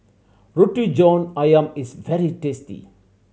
Roti John Ayam is very tasty